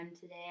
today